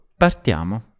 partiamo